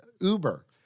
Uber